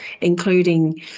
including